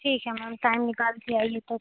ठीक है ma'am time निकालकर आइए तब